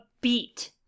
beat